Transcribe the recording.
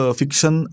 fiction